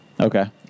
Okay